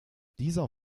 dieser